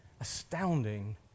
astounding